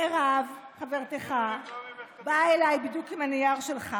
מירב חברתך באה אליי בדיוק עם הנייר שלך